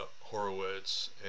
Horowitz